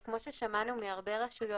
וכמו ששמענו מהרבה רשויות,